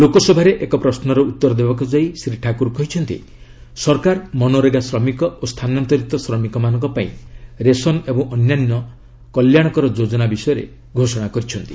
ଲୋକସଭାରେ ଏକ ପ୍ରଶ୍ୱର ଉତ୍ତର ଦେବାକୁ ଯାଇ ଶ୍ରୀ ଠାକୁର କହିଛନ୍ତି ସରକାର ମନରେଗା ଶ୍ରମିକ ଓ ସ୍ଥାନାନ୍ତରିତ ଶ୍ରମିକମାନଙ୍କ ପାଇଁ ରେସନ ଏବଂ ଅନ୍ୟାନ୍ୟ କଲ୍ୟାଣକର ଯୋଜନା ବିଷୟରେ ଘୋଷଣା କରିଛନ୍ତି